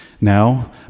Now